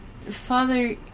Father